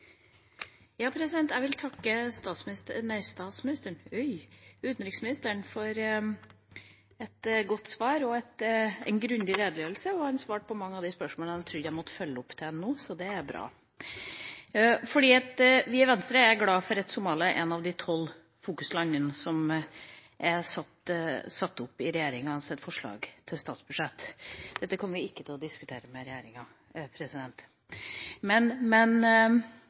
vil takke utenriksministeren for et godt svar og en grundig redegjørelse. Han svarte også på mange av de spørsmålene jeg trodde jeg måtte følge opp, og det er bra. Vi i Venstre er glade for at Somalia er et av de tolv fokuslandene som er satt opp i regjeringas forslag til statsbudsjett – dette kommer vi ikke til å diskutere med regjeringa. Men det er viktig å legge innhold i det. Det gjorde statsråden på noen områder, men